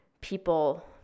people